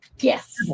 yes